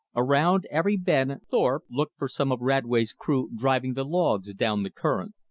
around every bend thorpe looked for some of radway's crew driving the logs down the current.